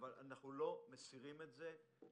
אבל אנחנו לא מסירים את זה ממחשבה